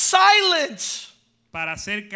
silence